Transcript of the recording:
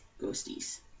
Ghosties